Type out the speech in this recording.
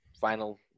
final